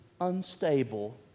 unstable